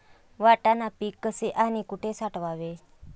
वाटाणा पीक कसे आणि कुठे साठवावे?